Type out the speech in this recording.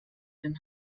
den